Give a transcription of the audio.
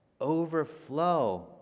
overflow